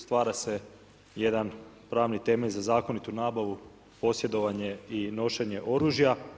Stvara se jedan pravni temelj za zakonitu nabavu posjedovanje i nošenje oružja.